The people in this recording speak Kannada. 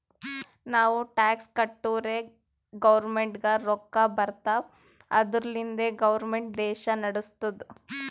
ನಾವು ಟ್ಯಾಕ್ಸ್ ಕಟ್ಟುರೇ ಗೌರ್ಮೆಂಟ್ಗ ರೊಕ್ಕಾ ಬರ್ತಾವ್ ಅದುರ್ಲಿಂದೆ ಗೌರ್ಮೆಂಟ್ ದೇಶಾ ನಡುಸ್ತುದ್